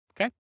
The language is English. okay